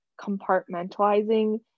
compartmentalizing